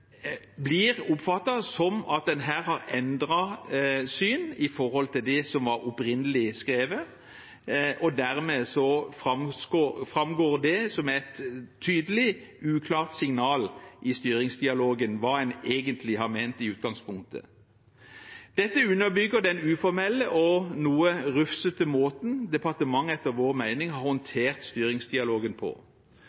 som var skrevet opprinnelig. Dermed framstår det som et tydelig uklart signal i styringsdialogen – med tanke på hva en egentlig har ment i utgangspunktet. Dette underbygger den uformelle og noe rufsete måten departementet, etter vår mening, har